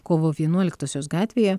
kovo vienuoliktosios gatvėje